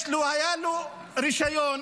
היה לו רישיון.